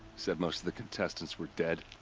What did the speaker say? said most of the contestants were dead.